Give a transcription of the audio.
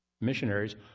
missionaries